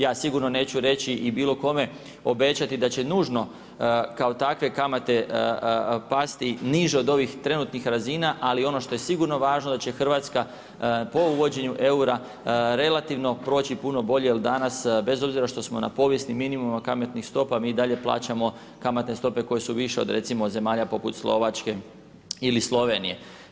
Ja sigurno neću reći i bilo kome obećati da će nužno kao takve kamate pasti niže od ovih trenutnih razina ali ono što je sigurno važno da će Hrvatska po uvođenju eura relativno proći puno bolje jer danas bez obzira što smo na povijesnim minimumima kamatnih stopa mi i dalje plaćamo kamatne stope koje su više od recimo zemalja poput Slovačke ili Slovenije.